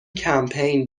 کمپین